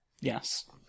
Yes